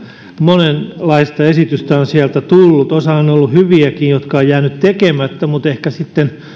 monenlaista esitystä on sieltä tullut osa niistä jotka ovat jääneet tekemättä on ollut hyviäkin mutta ehkä sitten